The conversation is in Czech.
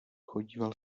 chodíval